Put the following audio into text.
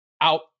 out